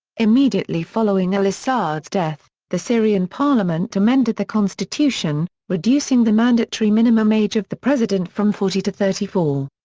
immediately following al-assad's death, the syrian parliament amended the constitution, reducing the mandatory minimum age of the president from forty to thirty four.